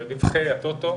הטוטו,